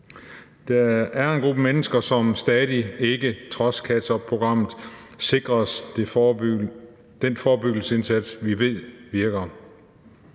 Der er en gruppe mennesker, som trods catch up-programmet stadig ikke sikres den forebyggende indsats, vi ved virker.